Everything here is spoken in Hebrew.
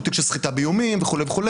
הוא תיק של סחיטה באיומים וכו'.